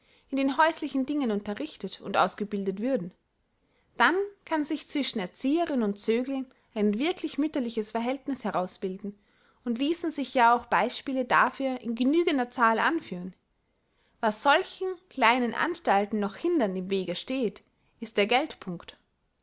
in den häuslichen dingen unterrichtet und ausgebildet würden dann kann sich zwischen erzieherin und zögling ein wirklich mütterliches verhältniß herausbilden und ließen sich ja auch beispiele dafür in genügender zahl anführen was solchen kleinen anstalten noch hindernd im wege steht ist der